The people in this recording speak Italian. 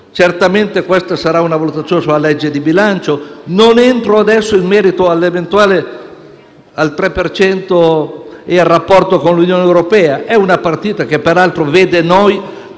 Certamente questa sarà una valutazione sulla legge di bilancio. Non entro adesso nel merito del 3 per cento e del rapporto con l'Unione europea. È una partita che, peraltro, ci vede